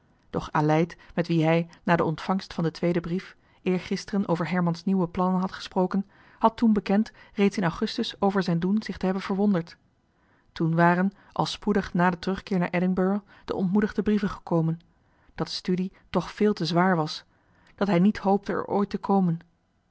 doch aleid met wie hij na de ontvangst van den tweeden brief eergisteren over herman's nieuwe plannen had gesproken had toen bekend reeds in augustus over zijn doen zich te hebben verwonderd toen waren al spoedig na den terugkeer naar edinburg de ontmoedigde brieven gekomen dat de studie toch veel te zwaar was dat hij niet hoopte er ooit te komen